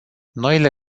noile